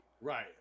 Right